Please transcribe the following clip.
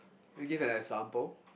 will you give an example